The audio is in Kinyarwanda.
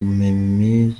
mimi